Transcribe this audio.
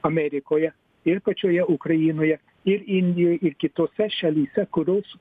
amerikoje ir pačioje ukrainoje ir indijoj ir kitose šalyse kurios